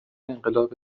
انقلاب